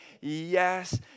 yes